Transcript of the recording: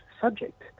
subject